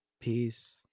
peace